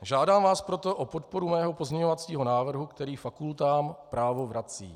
Žádám vás proto o podporu mého pozměňovacího návrhu, který fakultám právo vrací.